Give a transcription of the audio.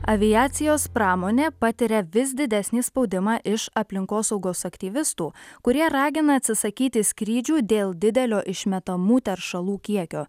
aviacijos pramonė patiria vis didesnį spaudimą iš aplinkosaugos aktyvistų kurie ragina atsisakyti skrydžių dėl didelio išmetamų teršalų kiekio